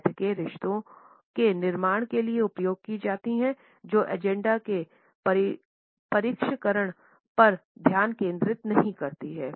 बैठकें रिश्तों के निर्माण के लिए उपयोग की जाती हैं जो एजेंडा के परिष्करण पर ध्यान केंद्रित नहीं करती हैं